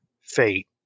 fate